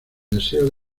deseo